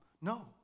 no